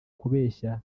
kubeshya